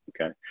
okay